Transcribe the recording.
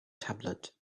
tablet